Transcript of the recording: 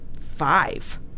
five